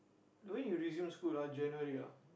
oh when you resume school ah January ah